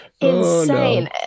insane